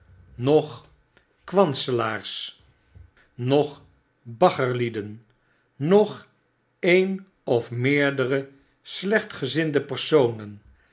noch kwanselaars noch baggerlieden nog een of meerdere slechtgezinde personen